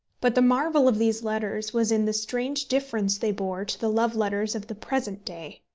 but the marvel of these letters was in the strange difference they bore to the love-letters of the present day.